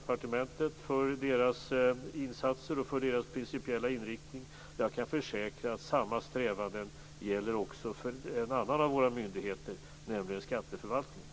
Det är en av de myndigheter som ligger under Finansdepartementet. Jag kan försäkra att samma strävanden också gäller för en annan av våra myndigheter, nämligen skatteförvaltningen.